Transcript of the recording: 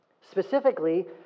Specifically